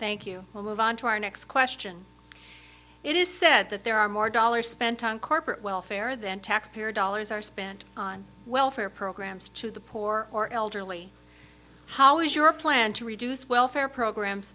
thank you all move on to our next question it is said that there are more dollars spent on corporate welfare than taxpayer dollars are spent on welfare programs to the poor or elderly how is your plan to reduce welfare programs